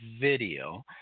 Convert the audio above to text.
video